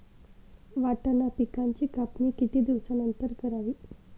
वाटाणा पिकांची कापणी किती दिवसानंतर करावी?